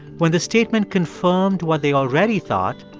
when the statement confirmed what they already thought,